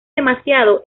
demasiado